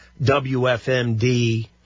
WFMD